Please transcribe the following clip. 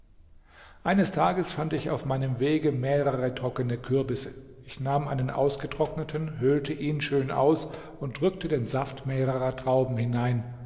eines tages fand ich auf meinem wege mehrere trockene kürbisse ich nahm einen ausgetrockneten höhlte ihn schön aus und drückte den saft mehrerer trauben hinein